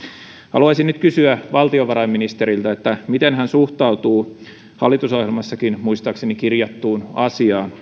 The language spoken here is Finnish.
haluaisin nyt kysyä valtiovarainministeriltä miten hän suhtautuu hallitusohjelmassakin muistaakseni kirjattuun asiaan